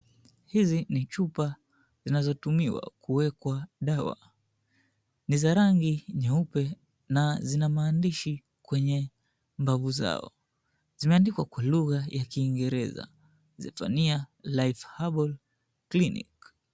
Hizi ni chupa zinazotumiwa kuwekwa dawa ni za rangi nyeupe na zina maandishi kwenye mbavy zao, zimeandikwa kwa lugha ya kiingereza, Zephaniah Life Herbal Clinic.